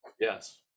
yes